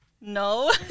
No